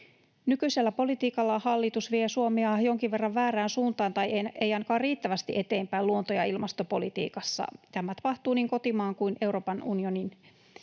Nykyisellä politiikallaan hallitus vie Suomea jonkin verran väärään suuntaan tai ei ainakaan riittävästi eteenpäin luonto- ja ilmastopolitiikassaan. Tämä tapahtuu niin kotimaan kuin Euroopan unionin